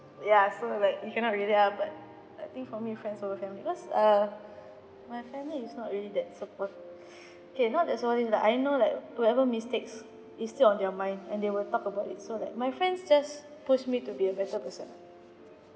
ya so like you cannot really ah but I think for me friends over family cause err my family is not really that support~ okay not that supportive like I know like whatever mistakes is still on their mind and they will talk about it so like my friends just push me to be a better person